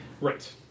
Right